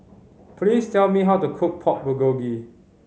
please tell me how to cook Pork Bulgogi